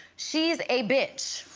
she's a bitch.